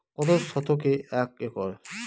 কত শতকে এক একর?